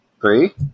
Three